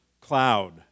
cloud